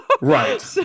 Right